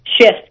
shift